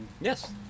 Yes